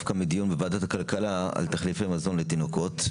בוועדת הכלכלה על תחליפי מזון לתינוקות,